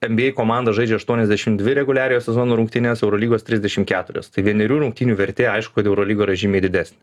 nba komanda žaidžia aštuoniasdešim dvi reguliariojo sezono rungtynes eurolygos trisdešim keturias vienerių rungtynių vertė aišku kad eurolygoj yra žymiai didesnė